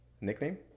Nickname